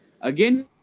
Again